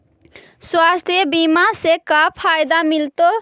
स्वास्थ्य बीमा से का फायदा मिलतै?